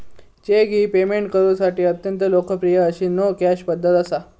check ही payment करुसाठी अत्यंत लोकप्रिय अशी नो कॅश पध्दत असा